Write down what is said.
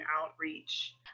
outreach